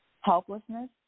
Helplessness